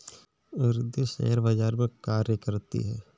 Riddhi share बाजार में कार्य करती है